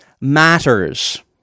matters